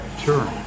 Sure